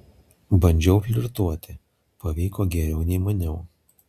bandžiau flirtuoti pavyko geriau nei maniau